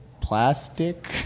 plastic